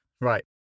Right